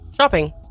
Shopping